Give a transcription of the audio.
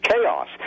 chaos